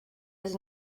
does